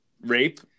Rape